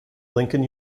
lincoln